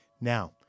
Now